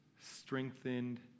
strengthened